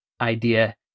idea